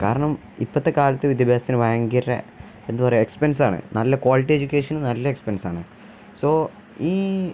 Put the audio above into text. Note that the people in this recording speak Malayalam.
കാരണം ഇപ്പോഴത്തെ കാലത്ത് വിദ്യാഭ്യാസത്തിന് ഭയങ്കര എന്താ പറയുക എക്സ്പെൻസാണ് നല്ല ക്വാളിറ്റി എഡ്യൂക്കേഷനു നല്ല എക്സ്പെൻസാണ് സോ ഈ